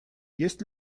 есть